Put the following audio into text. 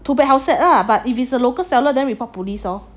too bad how sad lah but if it's a local seller then report police lor